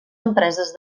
empreses